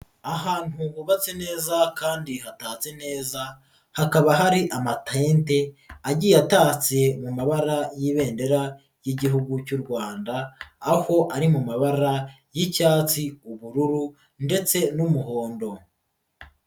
Ahantu hubatse neza kandi hatatse neza hakaba hari amatente agiye atatse mu mabara y'ibendera ry'Igihugu cy'u Rwanda aho ari mu mabara y'icyatsi, ubururu ndetse n'umuhondo.